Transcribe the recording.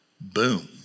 Boom